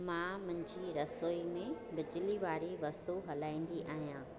मां मुंहिंजी रसोई में बिजली वारी वस्तू हलाईंदी आहियां